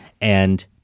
and-